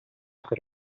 per